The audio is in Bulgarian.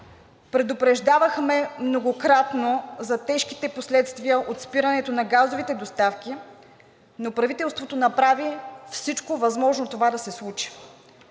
Предупреждавахме многократно за тежките последствия от спирането на газовите доставки, но правителството направи всичко възможно това да се случи.